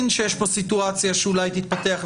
שיש פה סיטואציה שאולי תתפתח לחקירה,